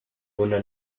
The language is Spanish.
una